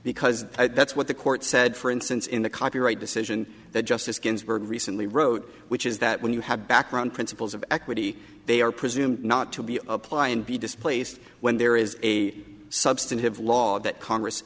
because that's what the court said for instance in the copyright decision that justice ginsburg recently wrote which is that when you have background principles of equity they are presumed not to be apply and be displaced when there is a substantive law that congress